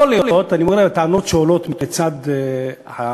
יכול להיות, אני אומר על הטענות שעולות מצד חברי